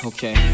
Okay